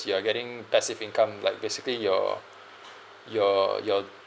you are getting passive income like basically your your your